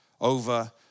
over